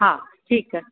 हा ठीकु आहे